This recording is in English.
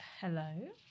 Hello